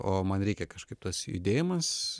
o man reikia kažkaip tas judėjimas